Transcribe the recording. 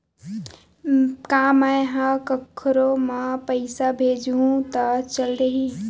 का मै ह कोखरो म पईसा भेजहु त चल देही?